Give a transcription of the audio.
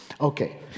Okay